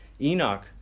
Enoch